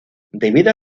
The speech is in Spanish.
debida